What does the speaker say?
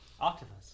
Octopus